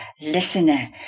listener